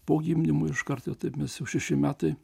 po gimdymo iš karto taip mes jau šeši metai